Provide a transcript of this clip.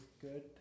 good